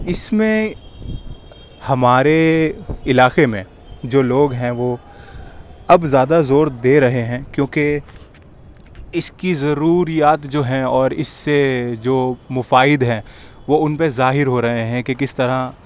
اِس میں ہمارے علاقے میں جو لوگ ہیں وہ اب زیادہ زور دے رہے ہیں کیونکہ اِس کی ضروریات جو ہیں اور اِس سے جو مفائد ہیں وہ اُن پہ ظاہر ہو رہے ہیں کہ کس طرح